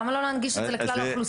למה לא להנגיש את זה לכלל האוכלוסייה?